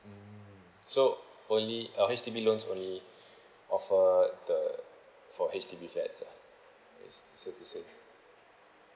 mm so only uh H_D_B loans only offer the for H_D_B flats ah is sorry to say